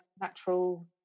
natural